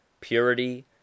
purity